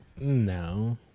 No